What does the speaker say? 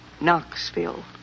Knoxville